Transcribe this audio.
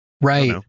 Right